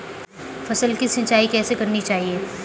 फसल की सिंचाई कैसे करनी चाहिए?